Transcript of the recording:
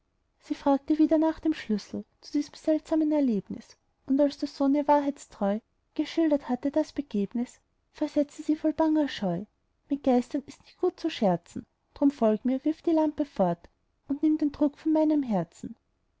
sie fragte wieder nach dem schlüssel zu diesem seltsamen erlebnis und als der sohn ihr wahrheitstreu geschildert hatte das begebnis versetzte sie voll banger scheu mit geistern ist nicht gut zu scherzen drum folg mir wirf die lampe fort und nimm den druck von meinem herzen